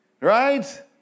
right